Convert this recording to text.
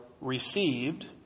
received